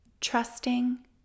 trusting